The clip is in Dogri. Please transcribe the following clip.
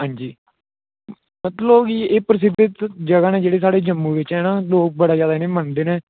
हंजी मतलब के एह प्रसिद्ध जगह न जेह्ड़े साढ़े जम्मू बिच है ना लोक बड़ा ज्यादा इ'नेंगी मनदे न